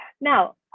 now